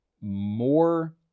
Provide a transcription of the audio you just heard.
more